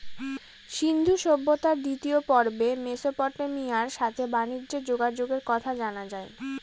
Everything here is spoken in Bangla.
সিন্ধু সভ্যতার দ্বিতীয় পর্বে মেসোপটেমিয়ার সাথে বানিজ্যে যোগাযোগের কথা জানা যায়